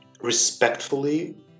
respectfully